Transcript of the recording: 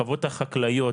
החוות החקלאיות.